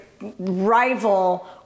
rival